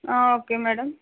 okay madam